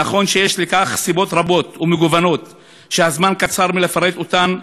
נכון שיש לכך סיבות רבות ומגוונות שהזמן קצר מלפרט אותן,